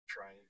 Try